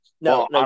No